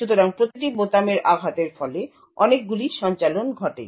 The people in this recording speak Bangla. সুতরাং প্রতিটি বোতামের আঘাতের ফলে অনেকগুলি সঞ্চালন ঘটে